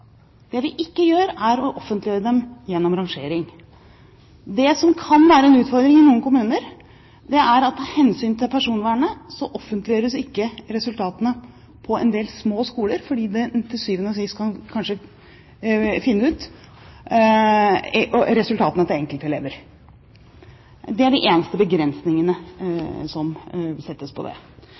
at av hensyn til personvernet offentliggjøres ikke resultatene på en del små skoler, fordi man til syvende og sist kanskje kan finne ut resultatene til enkeltelever. Det er de eneste begrensningene som settes. Jeg har fulgt med i mediene på hvordan man diskuterer resultatet av de nasjonale prøvene. Det